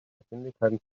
geschwindigkeiten